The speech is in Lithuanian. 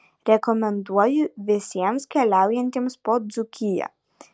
rekomenduoju visiems keliaujantiems po dzūkiją